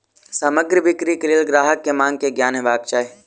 सामग्री बिक्री के लेल ग्राहक के मांग के ज्ञान हेबाक चाही